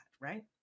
right